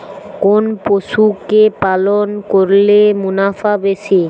কোন পশু কে পালন করলে মুনাফা বেশি?